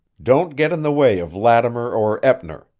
don't get in the way of lattimer or eppner.